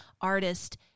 artist